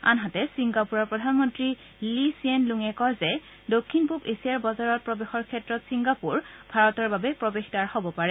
আনহাতে ছিংগাপুৰৰ প্ৰধানমন্তী লী ছিয়েন লুঙে কয় যে দক্ষিণ পূব এছিয়াৰ বজাৰত প্ৰৱেশৰ ক্ষেত্ৰত ছিংগাপুৰ ভাৰতৰ বাবে প্ৰৱেশ দ্বাৰ হ'ব পাৰে